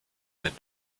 der